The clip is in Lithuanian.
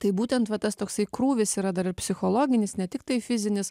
tai būtent va tas toksai krūvis yra dar ir psichologinis ne tiktai fizinis